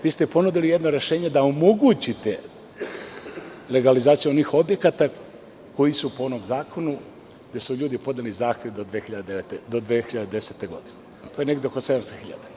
Vi ste ponudili ujedno rešenje da omogućite legalizaciju onih objekata koji su po onom zakonu gde su ljudi podneli zahtev do 2010. godine, to je negde oko 700 hiljada.